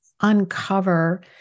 uncover